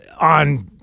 on